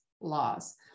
laws